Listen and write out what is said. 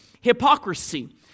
hypocrisy